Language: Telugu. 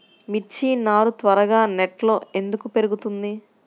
మిర్చి నారు త్వరగా నెట్లో ఎందుకు పెరుగుతుంది?